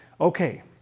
Okay